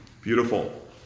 Beautiful